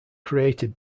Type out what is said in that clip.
created